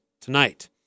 tonight